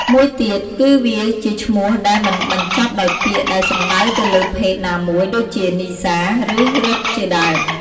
មួយទៀតគឺវាជាឈ្មោះដែលមិនបញ្ចប់ដោយពាក្យដែលសំដៅទៅលើភេទណាមួយ ដូចជា នីស្សា ឬ រិទ្ធជាដើម។